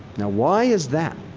now why is that?